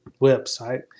website